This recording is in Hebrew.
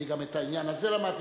אני גם את העניין הזה למדתי.